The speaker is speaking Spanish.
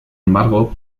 embargo